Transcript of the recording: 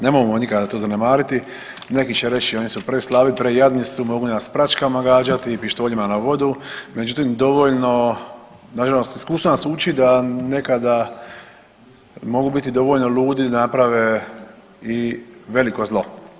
Nemojmo nikada to zanemariti, neki će reći oni su preslabi, prejadni su, mogu nas pračkama gađati i pištoljima na vodu, međutim, dovoljno, nažalost iskustvo nas uči da nekada mogu biti dovoljno ludi da naprave i veliko zlo.